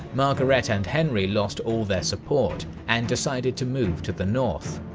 margaret and henry lost all their support and decided to move to the north.